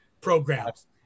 programs